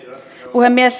puhemies